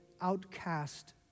outcast